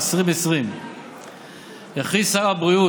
אדוני היושב-ראש, להגיע למצב שהיינו בו ערב